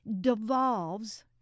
devolves